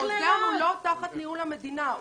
מוזיאון הוא לא תחת ניהול המדינה,